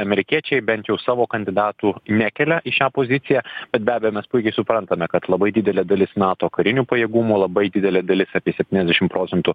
amerikiečiai bent jau savo kandidatų nekelia į šią poziciją bet be abejo mes puikiai suprantame kad labai didelė dalis nato karinių pajėgumų labai didelė dalis apie septyniasdešim procentų